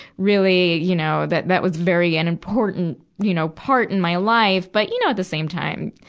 really, you know, that, that was very an important, you know, part in my life. but, you know, at the same time,